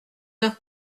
heures